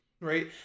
right